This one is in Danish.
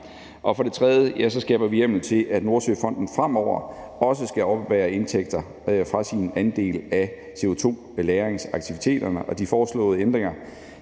Og for det tredje skaber vi hjemmel til, at Nordsøfonden fremover også skal oppebære indtægter fra sin andel af CO2-lagringsaktiviteterne. De foreslåede ændringer